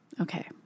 Okay